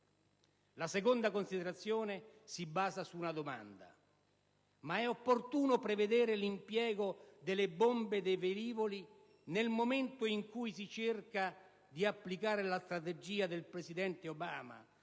La seconda considerazione si basa su una domanda: ma è opportuno prevedere l'impiego delle bombe sui velivoli nel momento in cui si cerca di applicare la strategia del presidente Obama,